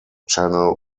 channel